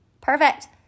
Perfect